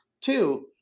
Two